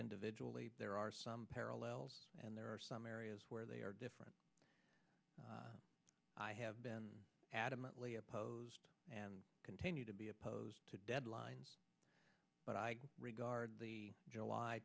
individually there are some parallels and there are some areas where they are different i have been adamantly opposed and continue to be opposed to deadlines but i regard the july